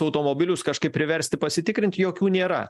automobilius kažkaip priversti pasitikrinti jokių nėra